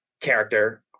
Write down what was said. character